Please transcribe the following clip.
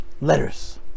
letters